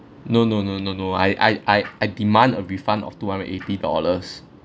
no no no no no I I I I demand a refund of two hundred and eighty dollars